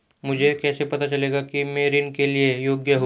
मुझे कैसे पता चलेगा कि मैं ऋण के लिए योग्य हूँ?